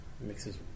mixes